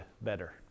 better